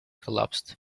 collapsed